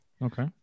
Okay